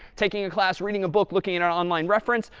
taking a class, reading a book, looking at our online reference.